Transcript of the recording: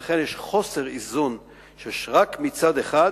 לכן, יש חוסר איזון, יש מצד אחד